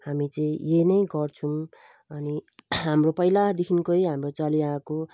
हामी चाहिँ यही नै गर्छौँ अनि हाम्रो पहिलादेखिकै हाम्रो चलि आएको